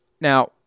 Now